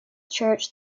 church